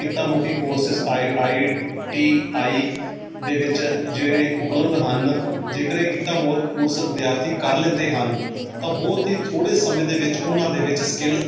ਕਿੱਤਾ ਮੁੱਖੀ courses I I T I ਦੇ ਵਿੱਚ ਜਿਵੇਂ ਉਪਲਬਧ ਹਨ ਜੇਕਰ ਇਹ ਕਿੱਤਾ ਮੋਰ ਕੋਰਸ ਵਿਦਿਆਰਥੀ ਕਰ ਲੈਂਦੇ ਹਨ ਤਾਂ ਬਹੁਤ ਹੀ ਥੋੜ੍ਹੇ ਸਮੇਂ ਦੇ ਵਿੱਚ ਉਹਨਾਂ ਦੇ ਵਿੱਚ ਸਕਿੱਲ